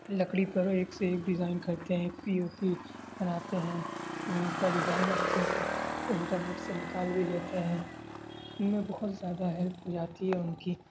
لکڑی پر ایک سے ایک ڈیزائن کرتے ہیں پی او پی بناتے ہیں ان کا ڈیزائن اچھے سے وہ انٹرنیٹ سے نکال بھی لیتے ہیں ان میں بہت زیادہ ہیلپ ہو جاتی ہے ان کی